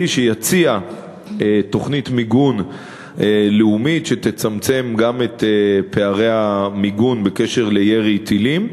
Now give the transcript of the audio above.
שיציע תוכנית מיגון לאומית שתצמצם גם את פערי המיגון מפני ירי טילים.